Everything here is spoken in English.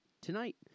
Tonight